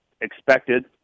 expected